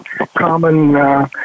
common